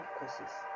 courses